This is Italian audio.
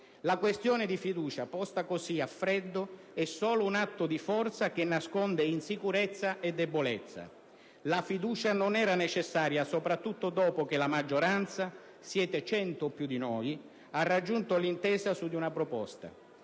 La questione di fiducia posta così a freddo è solo un atto di forza che nasconde insicurezza e debolezza. La fiducia non era necessaria soprattutto dopo che la maggioranza (siete 100 più di noi) ha raggiunto l'intesa su di una proposta.